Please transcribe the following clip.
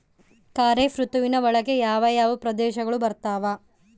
ಖಾರೇಫ್ ಋತುವಿನ ಒಳಗೆ ಯಾವ ಯಾವ ಪ್ರದೇಶಗಳು ಬರ್ತಾವ?